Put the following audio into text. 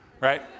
Right